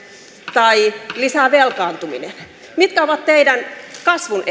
tai lisää velkaantuminen mitkä ovat teidän kasvun